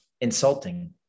insulting